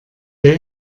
der